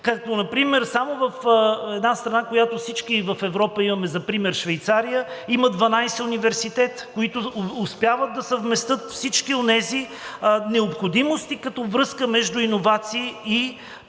Като например само в една страна, която всички в Европа имаме за пример – Швейцария, има 12 университета, които успяват да съвместят всички онези необходимости, като връзка между иновации